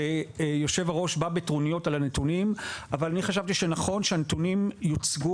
ויושב-הראש בא בטרוניות על הנתונים אבל חשבתי שנכון שהנתונים יוצגו